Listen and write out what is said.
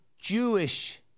Jewish